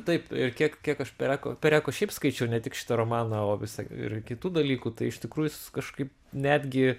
taip ir tiek kiek aš pereko pereko šiaip skaičiau ne tik šitą romaną o visą ir kitų dalykų tai iš tikrųjų kažkaip netgi